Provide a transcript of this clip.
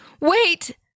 wait